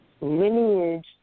lineage